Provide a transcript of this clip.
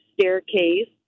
staircase